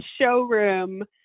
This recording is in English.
showroom